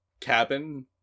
cabin